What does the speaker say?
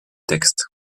texte